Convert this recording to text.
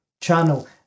channel